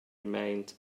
remained